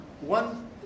One